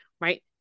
Right